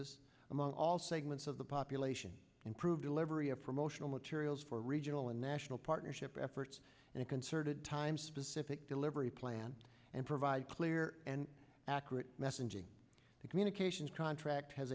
us among all segments of the population improve delivery of promotional materials for regional and national partnership efforts and concerted time specific delivery plan and provide clear and accurate messaging the communications contract has